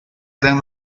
eran